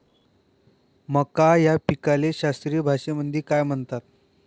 मका या पिकाले शास्त्रीय भाषेमंदी काय म्हणतात?